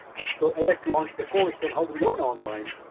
and so, edx launched a course on how to learn online,